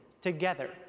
together